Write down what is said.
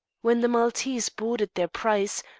when the maltese boarded their prize,